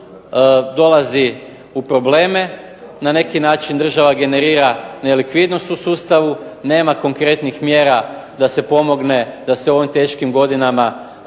dolazi u probleme. Na neki način država generira nelikvidnost u sustavu, nema konkretnih mjera da se pomogne da se u ovim teškim godinama